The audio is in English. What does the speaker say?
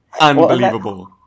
Unbelievable